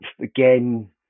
again